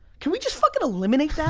can we just fucking eliminate